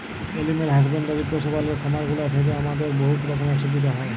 animal husbandry পশু পাললের খামারগুলা থ্যাইকে আমাদের বহুত রকমের সুবিধা হ্যয়